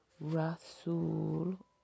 Rasul